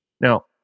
Now